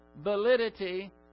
validity